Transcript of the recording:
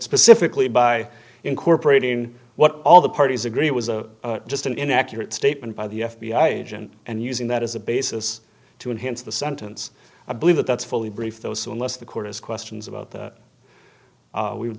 specifically by incorporating what all the parties agree was a just an inaccurate statement by the f b i agent and using that as a basis to enhance the sentence i believe that that's fully briefed though so unless the court has questions about that we would